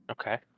Okay